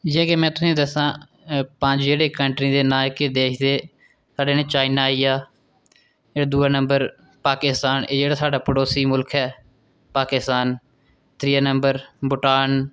जियां कि मैं तुसेंगी दस्सां पंज जेह्ड़े कंट्रियें दे नांऽ एह्के देश दी ते साढ़ै ने चाइना आई गेआ दूआ नम्बर पाकिस्तान एह् जेह्ड़ा साढ़ा पड़ोसी मुल्ख ऐ पाकिस्तान त्रीए नम्बर भुटान